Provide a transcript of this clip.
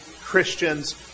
Christians